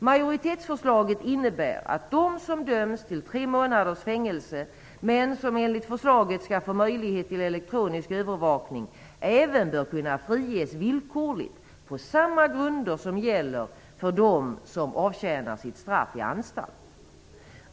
Majoritetsförslaget innebär att de som döms till tre månaders fängelse, men som enligt förslaget skall få möjlighet till elektronisk övervakning, även bör kunna friges villkorligt på samma grunder som gäller för dem som avtjänar sina straff på anstalt.